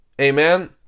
Amen